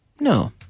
No